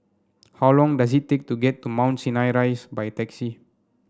how long does it take to get to Mount Sinai Rise by taxi